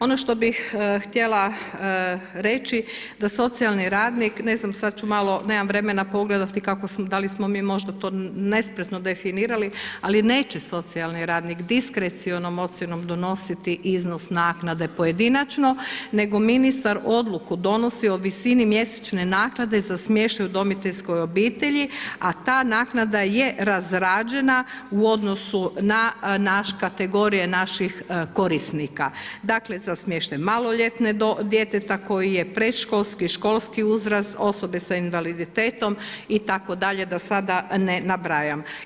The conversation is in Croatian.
Ono što bih htjela reći, da socijalni radnik, nemam vremena pogledati da li smo mi možda to nespretno definirali, ali neće socijalni radnik diskrecionom ocjenom donositi iznos naknade pojedinačno, nego ministar odluku donosi o visini mjesečne naknade za smještaj u udomiteljskoj obitelji, a ta naknada je razrađena u odnosu na naš kategorije naših korisnika, dakle za smještaj maloljetnog djeteta koji je predškolski, školski uzrast, osobe sa invaliditetom itd. da sada ne nabrajam.